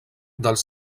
dels